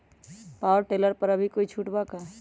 Power tiller पर अभी कोई छुट बा का?